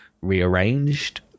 rearranged